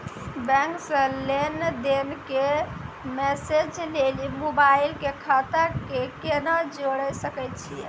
Bank से लेंन देंन के मैसेज लेली मोबाइल के खाता के केना जोड़े सकय छियै?